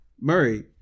Murray